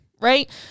Right